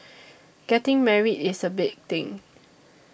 getting married is a big thing